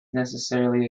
necessarily